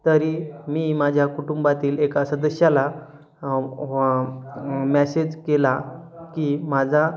तरी मी माझ्या कुटुंबातील एका सदस्याला मेसेज केला की माझा